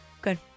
Good